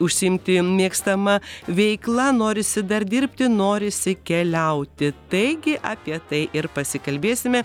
užsiimti mėgstama veikla norisi dar dirbti norisi keliauti taigi apie tai ir pasikalbėsime